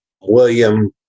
William